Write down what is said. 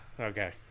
Okay